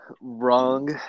wrong